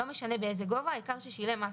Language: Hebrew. לא משנה באיזה גובה, העיקר ששילם מס